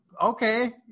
Okay